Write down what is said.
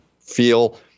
feel